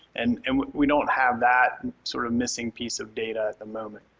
and and we don't have that sort of missing piece of data at the moment.